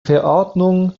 verordnung